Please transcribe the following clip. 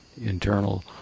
internal